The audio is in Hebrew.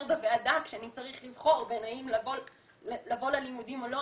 בוועדה כשאני צריך לבחור בין האם לבוא ללימודים או לא,